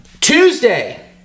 Tuesday